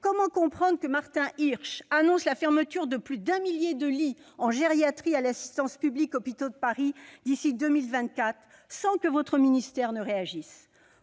comment comprendre que Martin Hirsch annonce la fermeture de plus d'un millier de lits en gériatrie à l'Assistance publique-Hôpitaux de Paris d'ici à 2024, sans que votre ministère réagisse ?